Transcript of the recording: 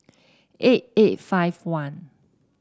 eight eight five one